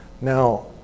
now